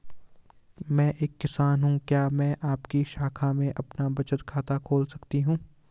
मैं एक किसान हूँ क्या मैं आपकी शाखा में अपना बचत खाता खोल सकती हूँ?